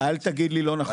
אל תגיד לי לא נכון.